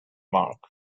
mark